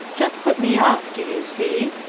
just put me off, do you see?